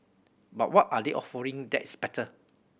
but what are they offering that's better